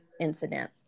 incident